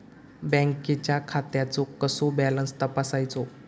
बँकेच्या खात्याचो कसो बॅलन्स तपासायचो?